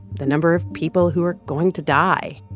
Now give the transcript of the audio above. the number of people who are going to die.